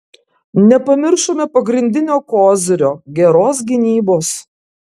nepamiršome pagrindinio kozirio geros gynybos